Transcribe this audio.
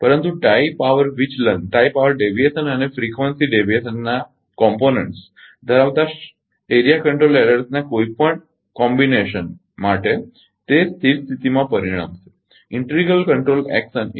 પરંતુ tie line power વિચલન અને ફ્રીકવંસી વિચલનના ઘટકો ધરાવતા ક્ષેત્ર નિયંત્રણ ભૂલોના કોઈપણ સંયોજન માટે તે સ્થિર સ્થિતિમાં પરિણમશે ઇન્ટિગ્રલ કંટ્રોલ એક્શન એ